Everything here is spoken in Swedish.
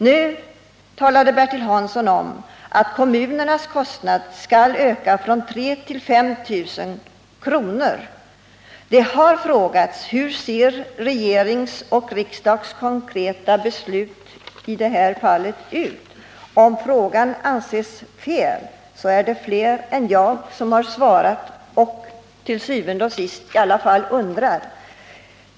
Nu talade Bertil Hansson om att kommunernas kostnad skall öka från 3000 till 5 000 kr. Det har frågats: Hur ser regeringens och riksdagens konkreta beslut i det här fallet ut? Om frågan anses felaktig kan jag nämna att det är fler än jag som har frågat.